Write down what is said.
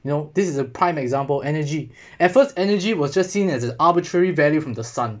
you know this is a prime example energy at first energy was just seen as an arbitrary value from the sun